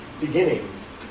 beginnings